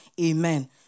amen